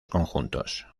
conjuntos